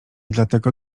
dlatego